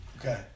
Okay